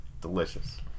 delicious